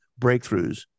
breakthroughs